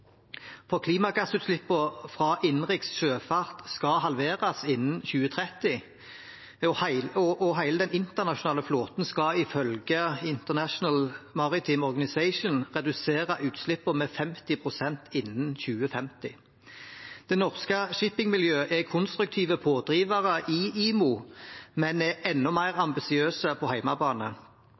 For klimagassutslippene fra innenriks sjøfart skal halveres innen 2030, og hele den internasjonale flåten skal ifølge International Maritime Organization redusere utslippene med 50 pst. innen 2050. Det norske shippingmiljøet er konstruktive pådrivere i IMO, men er enda mer ambisiøse på